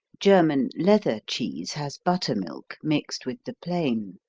german leather cheese has buttermilk mixed with the plain.